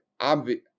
obvious